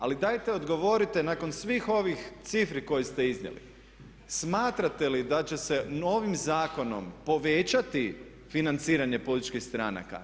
Ali dajte odgovorite nakon svih ovih cifri koje ste iznijeli, smatrate li da će se novim zakonom povećati financiranje političkih stranaka?